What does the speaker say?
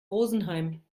rosenheim